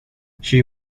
she